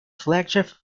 flagship